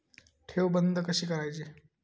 ठेव बंद कशी करायची?